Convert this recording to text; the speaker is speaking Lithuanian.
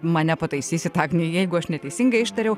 mane pataisysit agnija jeigu aš neteisingai ištariau